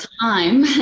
time